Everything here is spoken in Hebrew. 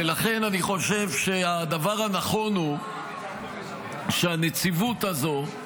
ולכן אני חושב שהדבר הנכון הוא שהנציבות הזו,